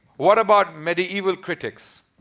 what about medieval critics?